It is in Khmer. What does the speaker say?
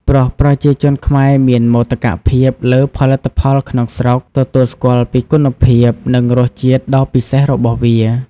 ព្រោះប្រជាជនខ្មែរមានមោទកភាពលើផលិតផលក្នុងស្រុក ទទួលស្គាល់ពីគុណភាព និងរសជាតិដ៏ពិសេសរបស់វា។